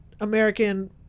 American